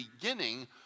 beginning